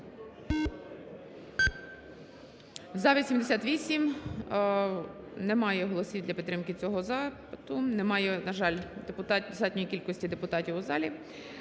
За-88 Немає голосів для підтримки цього запиту, нема, на жаль, достатньої кількості депутатів у залі.